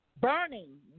Burning